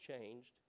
changed